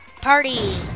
Party